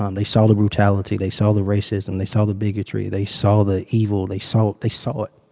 um they saw the brutality. they saw the racism. they saw the bigotry. they saw the evil. they saw they saw it.